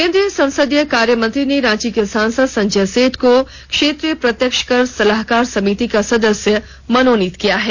केंद्रीय संसदीय कार्य मंत्री ने रांची के सांसद संजय सेठ को क्षेत्रीय प्रत्यक्ष कर सलाहकार समिति का सदस्य मनोनीत किया है